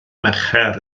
mercher